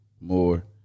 more